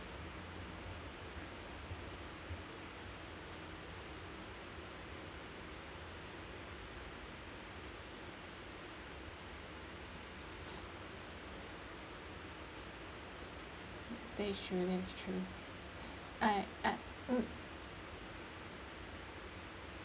that is true that is true I uh mm